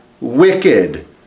wicked